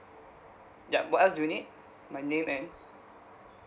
yup what else do you need my name and